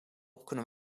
kunnen